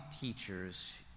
teachers